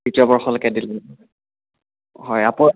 দ্বিতীয়বৰ্ষলৈকে দিলে হয় আকৌ